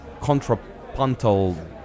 contrapuntal